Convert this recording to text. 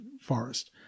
forest